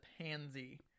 pansy